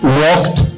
walked